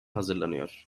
hazırlanıyor